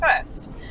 first